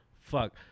Fuck